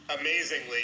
amazingly